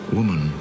Woman